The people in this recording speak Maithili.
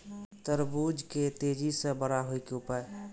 तरबूज के तेजी से बड़ा होय के उपाय?